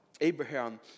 Abraham